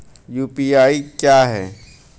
UPI क्या है?